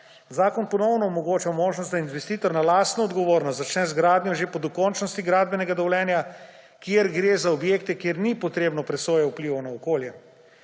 Zakon ponovno omogoča možnost, da investitor na lastno odgovornost začne z gradnjo že po dokončnosti gradbenega dovoljenja, kjer gre za objekte, kjer ni potrebna presoja vplivov na okolje.